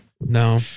No